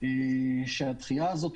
שהדחייה הזו,